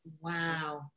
Wow